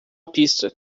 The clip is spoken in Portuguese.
pizza